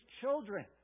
children